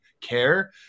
care